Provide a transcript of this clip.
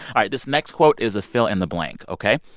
right, this next quote is a fill-in-the-blank, ok?